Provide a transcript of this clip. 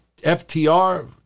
FTR